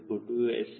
0